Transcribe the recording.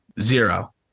Zero